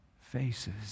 faces